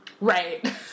Right